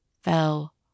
fell